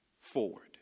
forward